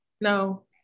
no